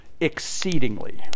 exceedingly